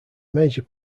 major